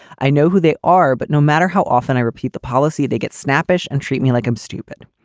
i know who they are, but no matter how often i repeat the policy, they get snappish and treat me like i'm stupid.